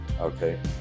Okay